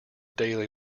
daily